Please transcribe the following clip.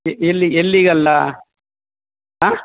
ಎಲ್ಲಿ ಎಲ್ಲಿಗೆಲ್ಲಾ ಹಾಂ